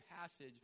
passage